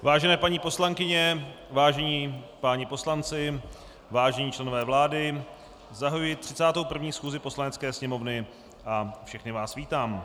Vážené paní poslankyně, vážení páni poslanci, vážení členové vlády, zahajuji 31. schůzi Poslanecké sněmovny a všechny vás vítám.